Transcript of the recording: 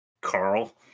Carl